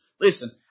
Listen